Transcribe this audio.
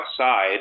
outside